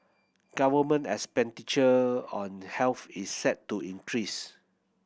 government expenditure on health is set to increase